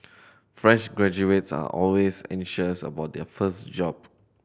fresh graduates are always anxious about their first job